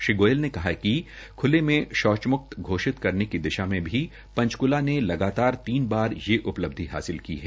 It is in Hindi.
श्री गोयल ने कहा कि खुले में शौचम्क्त घोषित करने की दिशा में भी पंचकूला ने लगातार तीन बार यह उपलब्धि हासिल की है